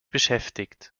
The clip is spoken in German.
beschäftigt